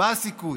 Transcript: מה הסיכוי.